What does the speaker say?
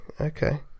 Okay